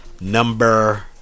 number